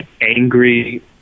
angry